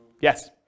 Yes